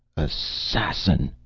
assassin!